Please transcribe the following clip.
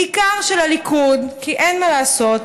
בעיקר של חברי הליכוד, כי אין מה לעשות,